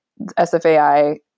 SFAI